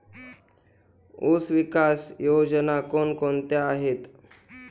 ऊसविकास योजना कोण कोणत्या आहेत?